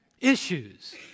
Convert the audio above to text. Issues